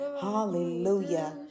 hallelujah